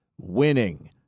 Winning